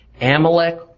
Amalek